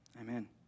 Amen